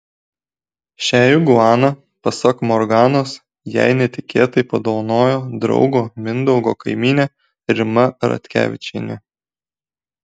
šią iguaną pasak morganos jai netikėtai padovanojo draugo mindaugo kaimynė rima ratkevičienė